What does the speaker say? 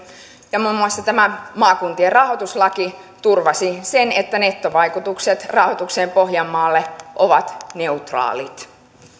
ja muun muassa tämä maakuntien rahoituslaki turvasi sen että nettovaikutukset rahoitukseen pohjanmaalle ovat neutraalit